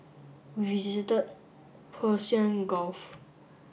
we visited Persian Gulf